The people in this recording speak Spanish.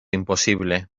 imposible